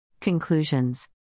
Conclusions